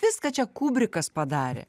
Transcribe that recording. viską čia kubrikas padarė